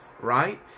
right